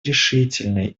решительной